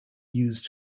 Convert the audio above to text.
used